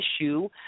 issue